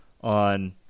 on